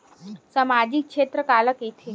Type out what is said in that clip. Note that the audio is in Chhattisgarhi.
सामजिक क्षेत्र काला कइथे?